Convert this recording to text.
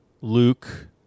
Luke